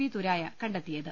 V തുരായ കണ്ടെ ത്തിയത്